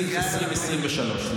אתם כל הזמן מפריעים לי.